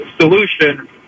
solution